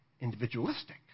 individualistic